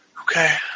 Okay